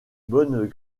bonnes